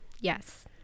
Yes